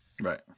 Right